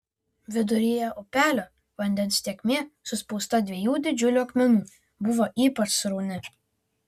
viduryje upelio vandens tėkmė suspausta dviejų didžiulių akmenų buvo ypač srauni